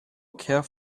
care